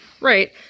Right